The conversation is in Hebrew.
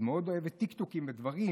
היא מאוד אוהבת טיקטוקים ודברים,